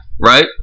Right